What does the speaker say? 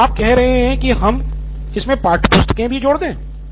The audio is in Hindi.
तो क्या आप कह रहे हैं कि हम इसमें पाठ्यपुस्तके भी जोड़ दें